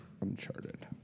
Uncharted